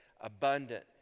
abundant